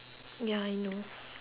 ya I know